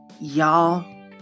Y'all